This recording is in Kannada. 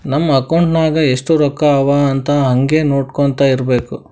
ನಮ್ ಅಕೌಂಟ್ ನಾಗ್ ಎಸ್ಟ್ ರೊಕ್ಕಾ ಅವಾ ಅಂತ್ ಹಂಗೆ ನೊಡ್ಕೊತಾ ಇರ್ಬೇಕ